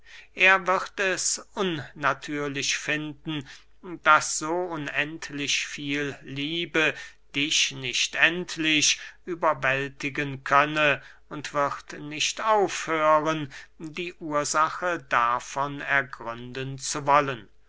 er wird es unnatürlich finden daß so unendlich viel liebe dich nicht endlich überwältigen könne und wird nicht aufhören die ursache davon ergründen zu wollen